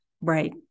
Right